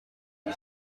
est